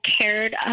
cared